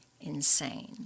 insane